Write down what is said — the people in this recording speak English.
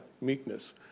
meekness